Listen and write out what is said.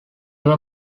were